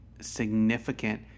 significant